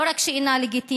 לא רק שהיא אינה לגיטימית,